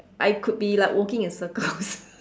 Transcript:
I could be like walking in circles